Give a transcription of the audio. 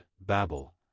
Babel